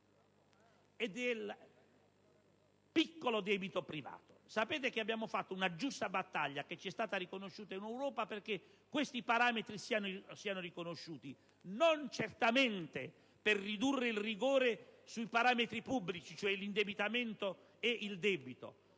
e del piccolo debito privato. Sapete che il Governo ha fatto una giusta battaglia, che ha avuto riscontro positivo in Europa, perché questi parametri siano riconosciuti: non certamente per ridurre il rigore sui parametri pubblici, cioè l'indebitamento ed il debito,